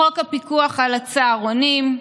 חוק הפיקוח על הצהרונים,